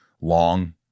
long